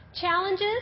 Challenges